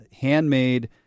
handmade